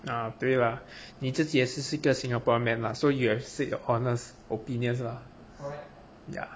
ah 对啦你自己也是是一个 singaporean man lah so you have said your honest opinion lah yeah